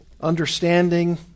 understanding